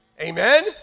Amen